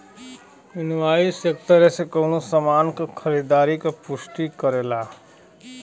invoice एक तरे से कउनो सामान क खरीदारी क पुष्टि करेला